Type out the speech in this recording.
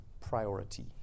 priority